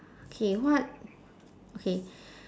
K what okay